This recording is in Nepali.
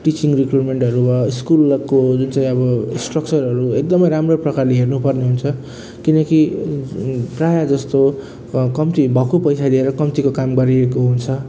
टिचिङ रिक्रुटमेन्टहरू भयो स्कुलको जुन चाहिँ अब स्ट्रक्चरहरू एकदमै राम्रो प्रकारले हेर्नु पर्ने हुन्छ किनकि प्रायः जस्तो कम्ती भक्कु पैसा दिएर कम्तीको काम गरिएको हुन्छ